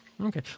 Okay